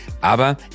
Aber